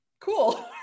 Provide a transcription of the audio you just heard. cool